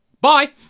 Bye